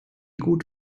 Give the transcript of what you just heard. gut